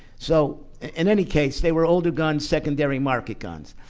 so in any case, they were older guns, secondary market guns.